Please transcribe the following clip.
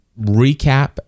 recap